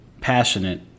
passionate